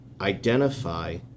identify